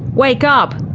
wake up!